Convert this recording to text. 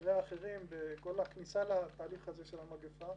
אחרי האחרים בכל הכניסה לתהליך הזה של המגפה,